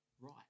right